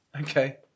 Okay